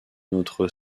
notre